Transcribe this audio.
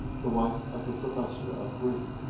the wife of the professor of greek.